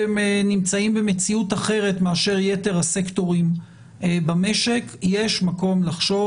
נמצאים במציאות אחרת מאשר יתר הסקטורים במשק יש מקום לחשוב